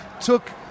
took